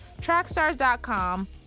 trackstars.com